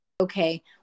okay